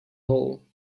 hole